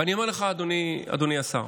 ואני אומר לך, אדוני השר,